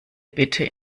bitte